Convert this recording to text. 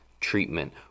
treatment